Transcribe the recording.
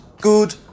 good